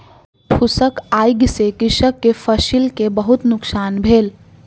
फूसक आइग से कृषक के फसिल के बहुत नुकसान भेल